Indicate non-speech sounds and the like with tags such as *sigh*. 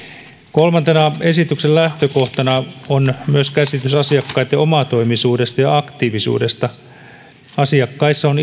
kolmantena esityksen lähtökohtana on myös käsitys asiakkaitten omatoimisuudesta ja aktiivisuudesta asiakkaissa on *unintelligible*